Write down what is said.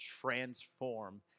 transform